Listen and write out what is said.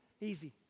easy